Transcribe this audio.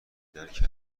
درک